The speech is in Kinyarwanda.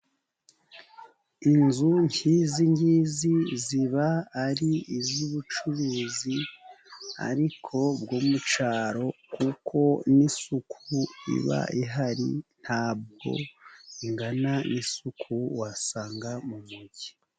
Inzu nk'izi ngizi ziba ari iz'ubucuruzi, ariko bwo mu cyaro, kuko n'isuku iba ihari ntabwo ingana n'isuku wasanga mu mugi.